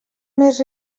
més